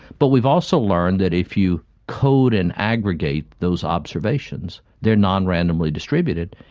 but we've also learnt that if you code and aggregate those observations, they are non-randomly distributed,